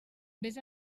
vés